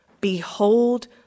Behold